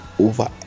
over